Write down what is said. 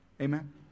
Amen